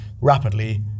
rapidly